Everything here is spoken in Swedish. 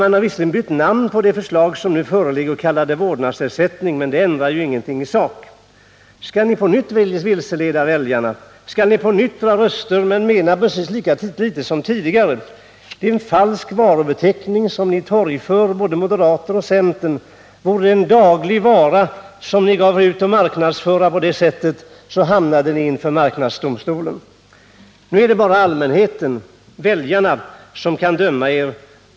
Man har visserligen bytt namn på det förslag som nu föreligger och kallar det vårdnadsersättning, men det ändrar ju ingenting i sak. Skall ni på nytt vilseleda väljarna? Skall ni på nytt dra röster men mena precis lika litet som tidigare? Det är en falsk varubeteckning som både moderater och centerpartister torgför. Vore det en daglig vara ni på det sättet sökte marknadsföra så hamnade ni inför marknadsdomstolen. Nu är det bara allmänheten — väljarna —- som kan döma er.